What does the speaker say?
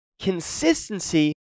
consistency